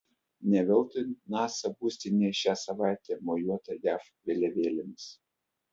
ne veltui nasa būstinėje šią savaitę mojuota jav vėliavėlėmis